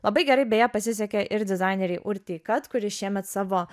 labai gerai beje pasisekė ir dizainerei urtei kat kuri šiemet savo